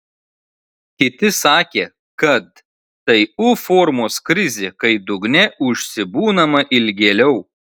kiti sakė kad tai u formos krizė kai dugne užsibūnama ilgėliau